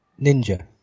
ninja